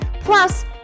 Plus